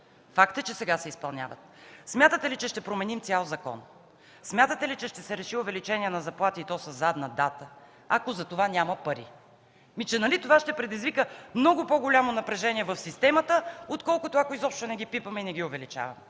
Факт е, че сега се изпълняват. Смятате ли, че ще променим цял закон? Смятате ли, че ще се реши увеличение на заплати, и то със задна дата, ако за това няма пари?! Нали това ще предизвика много по-голямо напрежение в системата, отколкото, ако изобщо не ги пипаме и не ги увеличаваме.